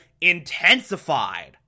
intensified